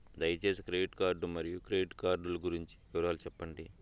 దయసేసి credit card మరియు credit card లు గురించి వివరాలు సెప్పండి?